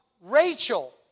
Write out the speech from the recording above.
Rachel